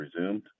resumed